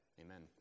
Amen